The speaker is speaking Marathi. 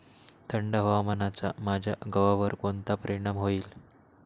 थंड हवामानाचा माझ्या गव्हावर कोणता परिणाम होईल?